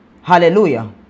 Hallelujah